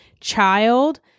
child